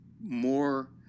more